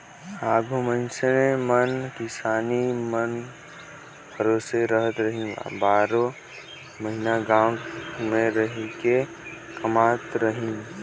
आघु मइनसे मन किसानी कर भरोसे रहत रहिन, बारो महिना गाँव मे रहिके कमावत रहिन